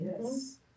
Yes